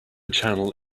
channel